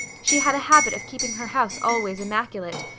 she had a habit of keeping her house always immaculate,